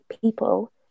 people